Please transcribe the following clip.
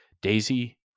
Daisy